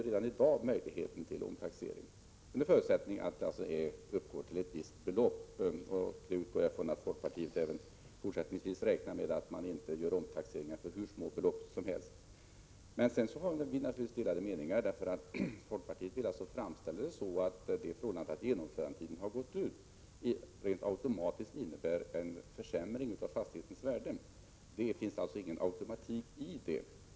Redan i dag finns möjligheten till omtaxering under förutsättning att det rör sig om ett visst belopp, och jag utgår från att folkpartiet räknar med att det även fortsättningsvis skall vara så att man inte gör omtaxeringar för hur små belopp som helst. Men sedan råder det delade meningar, för folkpartiet vill framställa saken så att det förhållandet att genomförandetiden har gått ut automatiskt innebär en försämring av fastighetens värde. Det finns ingen automatik härvidlag.